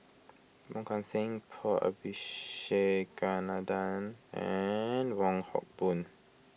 Wong Kan Seng Paul Abisheganaden and Wong Hock Boon